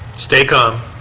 stay calm.